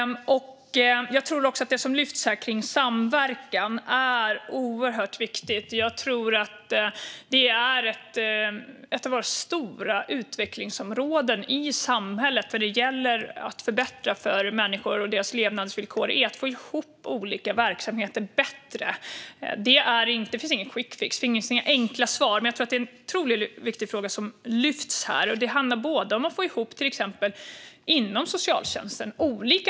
Det som lyfts fram här om samverkan är oerhört viktigt. Det är ett av våra stora utvecklingsområden i samhället. Det gäller att förbättra människors levnadsvillkor och få ihop olika verksamheter bättre. Det finns ingen quickfix. Det finns inga enkla svar. Det är en otroligt viktig fråga som lyfts fram här. Det handlar om att få ihop olika delar av socialtjänsten.